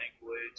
language